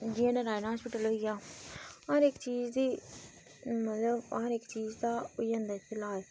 जियां नरायणा हास्पिटल होई गेआ हर इक चीज दी मतलब हर इक चीज दा होई जंदा इत्थै ईलाज